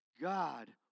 God